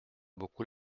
beaucoup